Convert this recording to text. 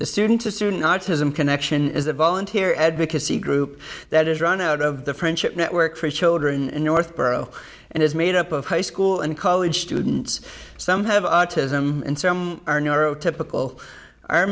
the student to sue not as in connection is a volunteer advocacy group that is run out of the friendship network for children in northborough and is made up of high school and college students some have autism and some are narrow typical our